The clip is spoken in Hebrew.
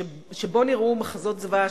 שבו נראו מחזות זוועה,